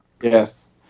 Yes